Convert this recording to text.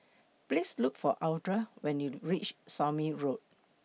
Please Look For Audra when YOU REACH Somme Road